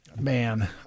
Man